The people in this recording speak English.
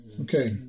Okay